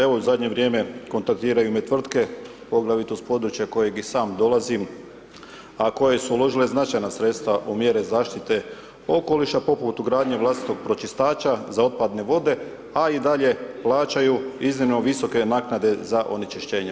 Evo, zadnje vrijeme kontaktiraju me tvrtke poglavito s područja kojeg i sam dolazim, a koje su uložile značajna sredstva u mjere zaštite okoliša, poput ugradnje vlastitog pročistača za otpadne vode, a i dalje plaćaju iznimno visoke naknade za onečišćenje.